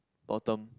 bottom